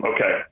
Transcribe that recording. Okay